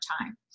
time